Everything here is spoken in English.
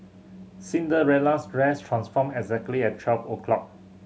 Cinderella's dress transformed exactly at twelve o' clock